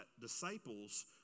disciples